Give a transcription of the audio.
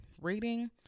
Reading